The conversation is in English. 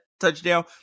Touchdown